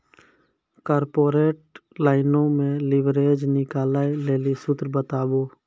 corporate लाइनो मे leverage निकालै लेली सूत्र बताबो